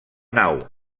nau